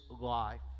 life